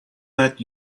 that